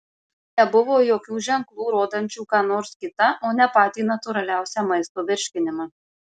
nebuvo jokių ženklų rodančių ką nors kitą o ne patį natūraliausią maisto virškinimą